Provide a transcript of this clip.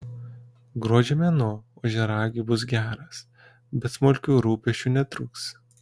gruodžio mėnuo ožiaragiui bus geras bet smulkių rūpesčių netrūks